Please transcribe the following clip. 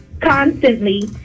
Constantly